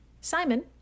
Simon